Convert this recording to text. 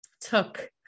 took